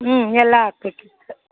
ಹ್ಞೂ ಎಲ್ಲ ಹಾಕ್ಬೇಕಿತ್ತು